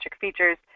features